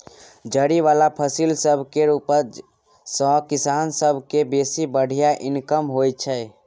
जरि बला फसिल सब केर उपज सँ किसान सब केँ बेसी बढ़िया इनकम होइ छै